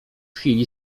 chwili